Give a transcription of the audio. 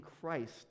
Christ